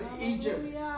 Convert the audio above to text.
Egypt